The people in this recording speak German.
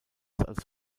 als